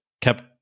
kept